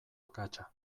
akatsa